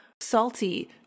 salty